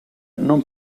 non